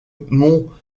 monts